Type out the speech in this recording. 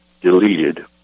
deleted